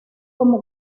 como